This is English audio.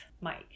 Mike